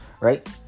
right